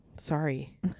Sorry